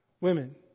women